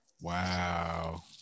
wow